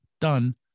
done